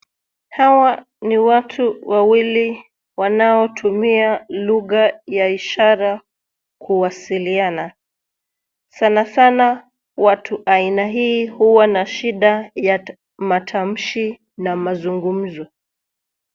Hawa ni watu wawili wanaotumia lugha ya ishara kuwasiliana, sanasana watu aina hii huwa na shida ya matamshi na mazungumzo.